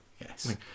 Yes